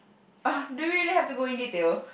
!ugh! do we there have to go in detail